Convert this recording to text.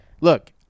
Look